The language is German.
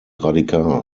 radikal